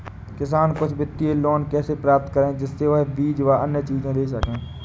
किसान कुछ वित्तीय लोन कैसे प्राप्त करें जिससे वह बीज व अन्य चीज ले सके?